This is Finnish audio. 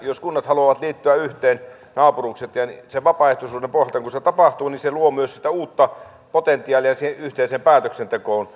kun kunnat haluavat liittyä yhteen naapurukset ja sen vapaaehtoisuuden pohjalta se luo myös sitä uutta potentiaalia siihen yhteiseen päätöksentekoon